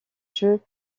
jeux